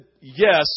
yes